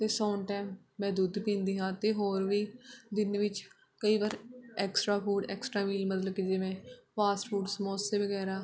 ਅਤੇ ਸੋਣ ਟਾਈਮ ਮੈਂ ਦੁੱਧ ਪੀਂਦੀ ਹਾਂ ਅਤੇ ਹੋਰ ਵੀ ਦਿਨ ਵਿੱਚ ਕਈ ਵਾਰ ਐਕਸਟ੍ਰਾ ਫੂਡ ਐਕਸਟ੍ਰਾ ਮੀਲ ਮਤਲਬ ਕਿ ਜਿਵੇਂ ਫਾਸਟ ਫੂਡ ਸਮੋਸੇ ਵਗੈਰਾ